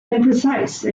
imprecise